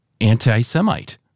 anti-Semite